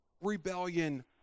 rebellion